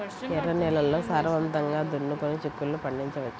ఎర్ర నేలల్లో సారవంతంగా దున్నుకొని చిక్కుళ్ళు పండించవచ్చు